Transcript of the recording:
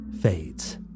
fades